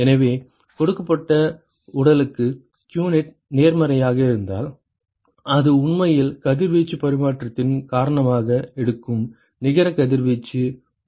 எனவே கொடுக்கப்பட்ட உடலுக்கு qnet நேர்மறையாக இருந்தால் அது உண்மையில் கதிர்வீச்சு பரிமாற்றத்தின் காரணமாக எடுக்கும் நிகர கதிர்வீச்சு உள்ளது என்று அர்த்தம்